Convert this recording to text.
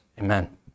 Amen